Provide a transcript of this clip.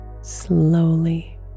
slowly